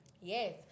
Yes